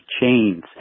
chains